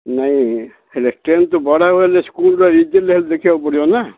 ନାଇଁ ହେ ହେଲେ ଟେନ୍ଥ ବଡ଼ ବଲେ ସ୍କୁଲ୍ର ରେଜଲ୍ଟ ହେଲେ ଦେଖିବାକୁ ପଡ଼ିବ ନା